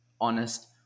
honest